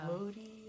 moody